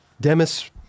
Demis